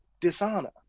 dishonor